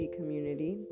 community